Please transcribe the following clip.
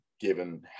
given